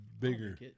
bigger